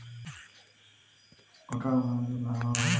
ಸಾವಯವ ಗೊಬ್ಬರ ಮತ್ತು ರಾಸಾಯನಿಕ ಗೊಬ್ಬರಗಳಿಗಿರುವ ವ್ಯತ್ಯಾಸಗಳನ್ನು ತಿಳಿಸಿ?